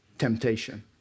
temptation